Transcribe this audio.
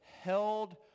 held